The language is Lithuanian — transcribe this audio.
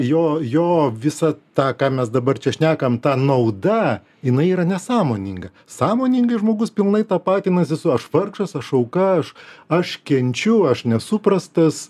jo jo visą tą ką mes dabar čia šnekam ta nauda jinai yra nesąmoninga sąmoningai žmogus pilnai tapatinasi su aš vargšas aš auka aš aš kenčiu aš nesuprastas